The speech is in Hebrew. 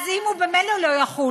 אז אם הוא ממילא לא יחול,